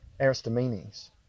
Aristomenes